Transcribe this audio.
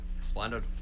Splendid